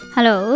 Hello